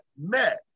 met